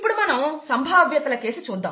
మనం సంభావ్యతలను చూద్దాం